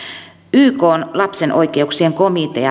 ykn lapsen oikeuksien komitea